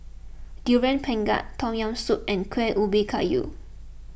Durian Pengat Tom Yam Soup and Kueh Ubi Kayu